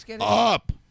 up